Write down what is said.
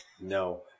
No